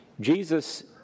Jesus